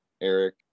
ERIC